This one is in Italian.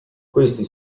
questi